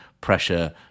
pressure